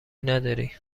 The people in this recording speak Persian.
نداری